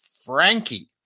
Frankie